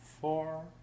four